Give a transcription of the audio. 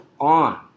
on